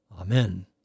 Amen